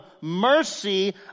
mercy